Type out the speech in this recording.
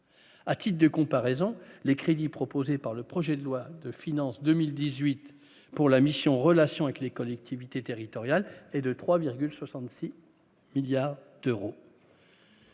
à titre de comparaison, les crédits proposés par le projet de loi de finances 2018 pour la mission, relations avec les collectivités territoriales et de 3,66 milliards d'euros.